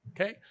Okay